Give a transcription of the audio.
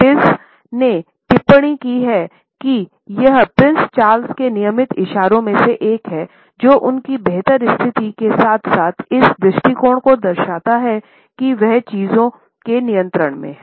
Pease ने टिप्पणी की है कि यह प्रिंस चार्ल्स के नियमित इशारों में से एक है जो उनकी बेहतर स्थिति के साथ साथ इस दृष्टिकोण को दर्शाता है कि वह चीजों के नियंत्रण में है